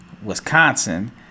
Wisconsin